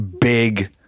big